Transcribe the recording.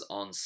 on